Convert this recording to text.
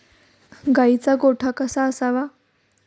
गाईचा गोठा कसा असावा?